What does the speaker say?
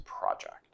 project